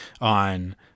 on